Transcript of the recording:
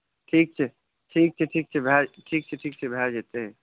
ठीक छै ठीक छै ठीक छै भए ठीक छै ठीक छै भए जेतै